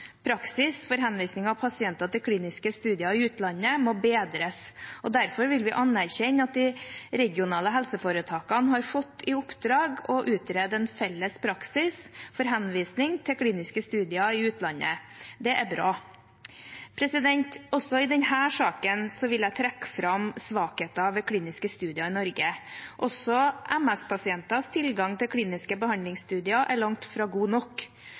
Praksis for henvisning av pasienter til kliniske studier i utlandet må bedres. Derfor vil vi anerkjenne at de regionale helseforetakene har fått i oppdrag å utrede en felles praksis for henvisning til kliniske studier i utlandet. Det er bra. Også i denne saken vil jeg trekke fram svakheter ved kliniske studier i Norge. Også MS-pasienters tilgang til kliniske behandlingsstudier er langt fra god nok.